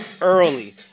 early